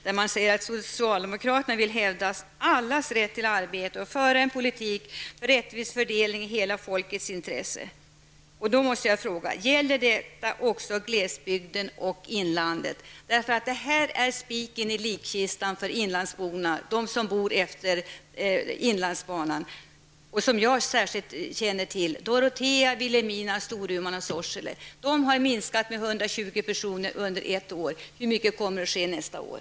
Där säger man att socialdemokraterna vill hävda allas rätt till arbete och föra en politik med rättvis fördelning i hela folkets intresse. Då vill jag fråga: Gäller detta också glesbygden och inlandet? Detta är spiken i likkistan för inlandsborna, de som bor efter inlandsbanan. De kommuner som jag särskilt känner till är Dorotea, Vilhelmina, Storuman och Sorsele. Dessa kommuner har minskat med 120 personer under ett år. Hur många kommer det att bli nästa år?